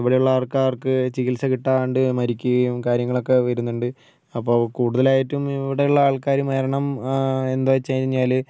ഇവിടെയുള്ള ആൾക്കാർക്ക് ചികിത്സ കിട്ടാണ്ട് മരിക്കുകയും കാര്യങ്ങളൊക്കെ വരുന്നുണ്ട് അപ്പോൾ കൂടുതലായിട്ടും ഇവിടെ ഉള്ള ആൾക്കാർ മരണം എന്താണ് വെച്ച് കഴിഞ്ഞാൽ